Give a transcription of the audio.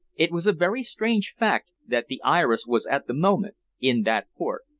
it was a very strange fact that the iris was at the moment in that port.